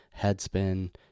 Headspin